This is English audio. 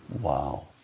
Wow